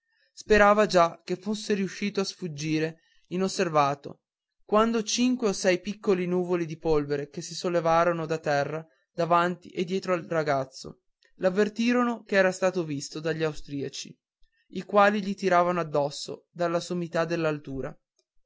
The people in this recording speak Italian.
sperava già che fosse riuscito a fuggire inosservato quando cinque o sei piccoli nuvoli di polvere che si sollevarono da terra davanti e dietro al ragazzo l'avvertirono che era stato visto dagli austriaci i quali gli tiravano addosso dalla sommità dell'altura